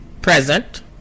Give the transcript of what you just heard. present